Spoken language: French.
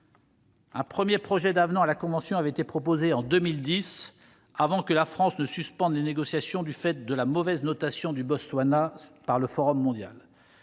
Un premier projet d'avenant à la convention avait été proposé en 2010, avant que la France ne suspende les négociations du fait de la mauvaise notation du Botswana par le Forum mondial.